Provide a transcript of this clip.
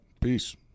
Peace